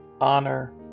honor